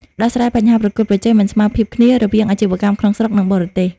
ដោះស្រាយបញ្ហាប្រកួតប្រជែងមិនស្មើភាពគ្នា រវាងអាជីវកម្មក្នុងស្រុក និងបរទេស។